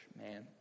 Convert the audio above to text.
man